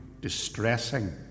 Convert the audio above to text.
distressing